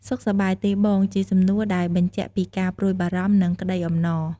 សុខសប្បាយទេបង?ជាសំណួរដែលបញ្ជាក់ពីការព្រួយបារម្ភ និងក្តីអំណរ។